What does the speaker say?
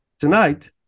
tonight